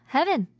Heaven